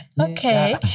Okay